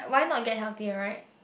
why not get healthier right